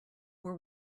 were